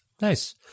Nice